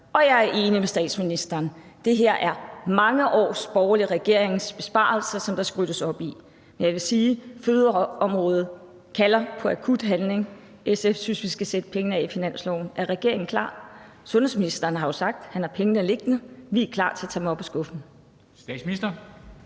Og jeg er enig med statsministeren: Det her er mange års borgerlige regeringers besparelser, som der skal ryddes op i. Men jeg vil sige, at fødeområdet kalder på akut handling. SF synes, vi skal sætte penge af i finansloven. Er regeringen klar? Sundhedsministeren har jo sagt, at han har pengene liggende. Vi er klar til at tage dem op af skuffen.